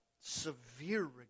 severe